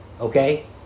Okay